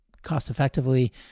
cost-effectively